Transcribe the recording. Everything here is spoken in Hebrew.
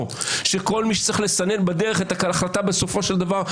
שכל מי שצריך לסנן בדרך את ההחלטה בסופו של דבר,